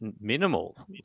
minimal